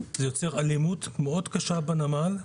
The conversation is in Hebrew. זה יוצר אלימות מאד קשה בנמל,